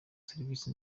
serivisi